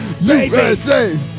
USA